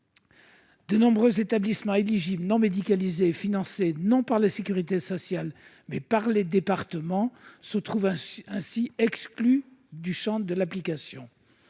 De nombreux établissements éligibles non médicalisés, financés non pas par la sécurité sociale, mais par les départements, se trouvent ainsi exclus du champ d'application